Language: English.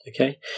Okay